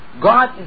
God